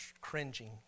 cringing